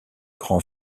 grand